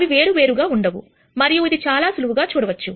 అవి వేరు వేరుగా ఉండవు మరియు ఇది చాలా సులువుగా చూడవచ్చు